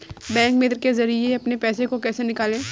Bank मित्र के जरिए अपने पैसे को कैसे निकालें?